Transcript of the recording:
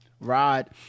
Rod